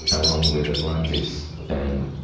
along with atlantis and